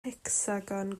hecsagon